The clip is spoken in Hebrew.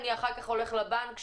אני אחר כך הולך לבנק שלי,